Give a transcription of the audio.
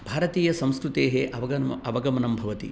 भारतीयसंस्कृतेः अवगमनं अवगमनं भवति